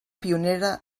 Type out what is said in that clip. pionera